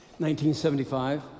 1975